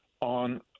on